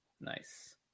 Nice